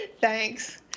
Thanks